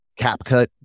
CapCut